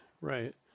right